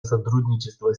сотрудничество